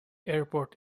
airport